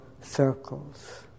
circles